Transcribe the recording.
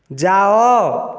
ଯାଅ